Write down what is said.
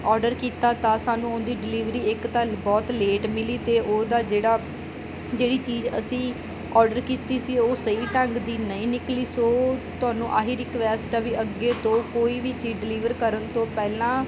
order ਕੀਤਾ ਤਾਂ ਸਾਨੂੰ ਉਹਦੀ ਡਿਲੀਵਰੀ ਇੱਕ ਤਾਂ ਬਹੁਤ ਲੇਟ ਮਿਲੀ ਅਤੇ ਉਹਦਾ ਜਿਹੜਾ ਜਿਹੜੀ ਚੀਜ਼ ਅਸੀਂ ਆਰਡਰ ਕੀਤੀ ਸੀ ਉਹ ਸਹੀ ਢੰਗ ਦੀ ਨਹੀਂ ਨਿਕਲੀ ਸੋ ਤੁਹਾਨੂੰ ਆਹੀ ਰਿਕੁਐਸਟ ਆ ਵੀ ਅੱਗੇ ਤੋਂ ਕੋਈ ਵੀ ਚੀਜ਼ ਡਲੀਵਰ ਕਰਨ ਤੋਂ ਪਹਿਲਾਂ